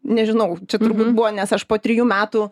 nežinau čia buvo nes aš po trijų metų